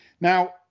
Now